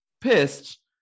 pissed